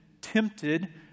tempted